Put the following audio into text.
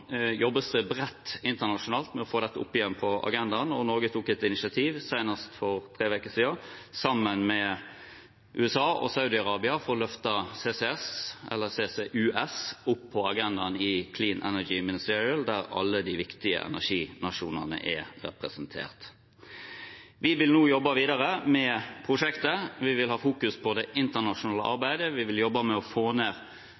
jobbes det bredt internasjonalt med å få dette opp igjen på agendaen. Norge tok et initiativ senest for tre uker siden sammen med USA og Saudi-Arabia for å løfte CCS, eller CCUS, opp på agendaen i Clean Energy Ministerial, der alle de viktige energinasjonene er representert. Vi vil nå jobbe videre med prosjektet. Vi vil fokusere på det internasjonale arbeidet. Vi vil jobbe med å få ned